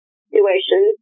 situation